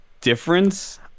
difference